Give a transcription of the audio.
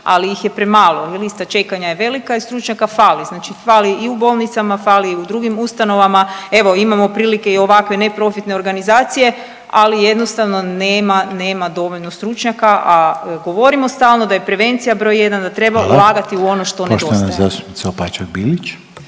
ali ih je premalo i lista čekanja je velika i stručnjaka fali, znači fali i u bolnicama, fali i u drugim ustanovama. Evo imamo prilike i ovakve neprofitne organizacije, ali jednostavno nema, nema dovoljno stručnjaka, a govorimo stalno da je prevencija broj jedan, …/Upadica Reiner: Hvala./… da treba ulagati